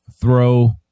throw